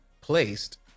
placed